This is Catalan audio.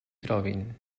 trobin